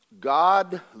God